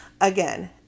again